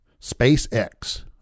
SpaceX